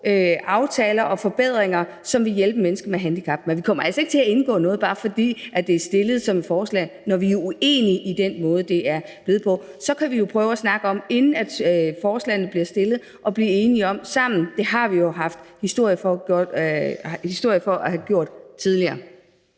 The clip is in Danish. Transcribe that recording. aftaler og lave forbedringer, som vil hjælpe mennesker med handicap, men vi kommer altså ikke til at indgå noget, bare fordi det er stillet som et forslag, når vi er uenige i den måde, det er blevet på. Så kan vi jo prøve at snakke om det, inden forslagene bliver stillet, og blive enige om det sammen. Det har vi jo historie for at have gjort tidligere.